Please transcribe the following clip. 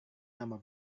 nama